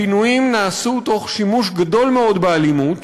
הפינויים נעשו תוך שימוש רב מאוד באלימות.